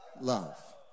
love